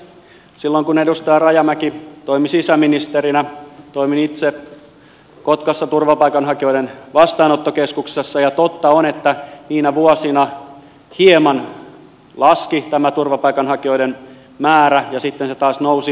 silloin kun edustaja rajamäki toimi sisäministerinä toimin itse kotkassa turvapaikanhakijoiden vastaanottokeskuksessa ja totta on että niinä vuosina hieman laski tämä turvapaikanhakijoiden määrä ja sitten se taas nousi